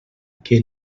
que